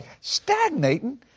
stagnating